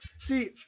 See